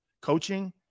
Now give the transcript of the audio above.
coaching